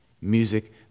Music